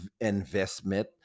investment